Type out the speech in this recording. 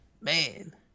man